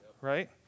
right